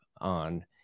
on